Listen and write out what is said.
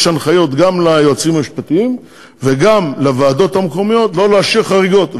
יש הנחיות גם ליועצים המשפטיים וגם לוועדות המקומיות שלא לאשר חריגות.